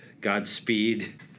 Godspeed